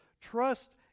Trust